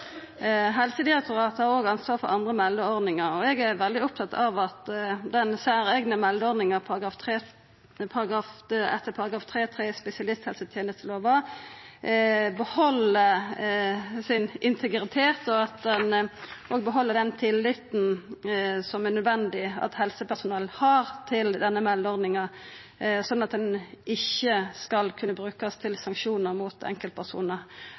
Helsedirektoratet har òg ansvar for andre meldeordningar, og eg er veldig opptatt av at den særeigne meldeordninga etter § 3-3 i spesialisthelsetenestelova beheld integriteten sin, og at ho òg beheld den tilliten som er nødvendig at helsepersonell har til denne meldeordninga, sånn at ho ikkje skal kunna brukast til sanksjonar mot enkeltpersonar